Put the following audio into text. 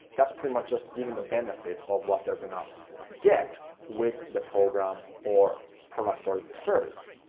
that's pretty much just giving the benefit of what they're gonna get with the program or product or service.